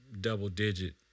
double-digit